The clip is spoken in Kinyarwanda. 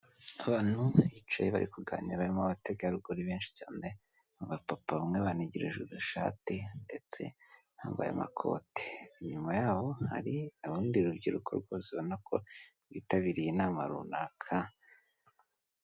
Abantu bicaye bari kuganira barimo abategarugori benshi cyane abapapa bamwe banigirije amashate ndetse bambaye amakote, inyuma yaho hari urundi rubyiruko rwose ubona ko rwitabiriye inama runaka.